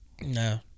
No